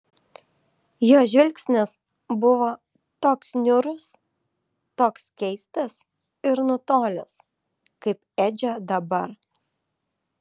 jo žvilgsnis buvo toks niūrus toks keistas ir nutolęs kaip edžio dabar